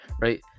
right